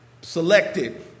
selected